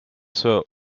sir